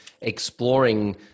exploring